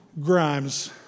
Grimes